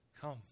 come